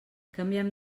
canviem